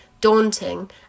daunting